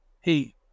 Hey